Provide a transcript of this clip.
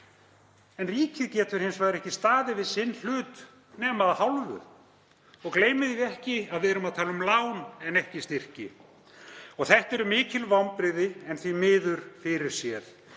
En ríkið getur hins vegar ekki staðið við sinn hlut nema að hálfu. Gleymum því ekki að við erum að tala um lán, ekki styrki. Þetta eru mikil vonbrigði en því miður fyrirséð.